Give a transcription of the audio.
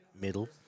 middle